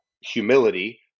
humility